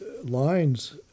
Lines